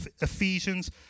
Ephesians